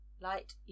Light